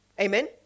Amen